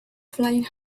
flying